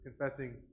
confessing